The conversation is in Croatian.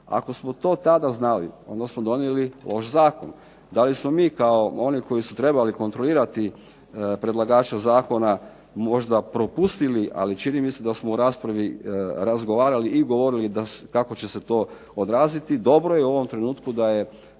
Ako smo to tada znali onda smo donijeli loš zakon. DA li smo mi kao oni koji su trebali kontrolirati predlagača zakona, možda propustili ali čini mi se da smo u raspravi razgovarali i govorili kako će se to odraziti dobro je u ovom trenutku da je